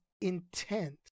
intent